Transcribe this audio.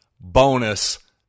bonus